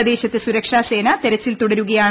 പ്രദേശത്ത് സുരക്ഷാ സേന തെരച്ചിൽ തുടരുകയാണ്